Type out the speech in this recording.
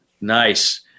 Nice